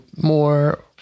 more